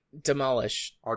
Demolish